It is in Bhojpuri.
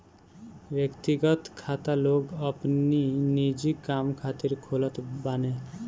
व्यक्तिगत खाता लोग अपनी निजी काम खातिर खोलत बाने